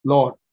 Lord